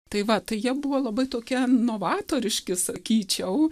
tai va tai jie buvo labai tokie novatoriški sakyčiau